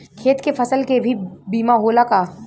खेत के फसल के भी बीमा होला का?